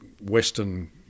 Western